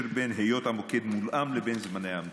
בין היות המוקד מולאם לבין זמני ההמתנה.